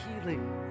healing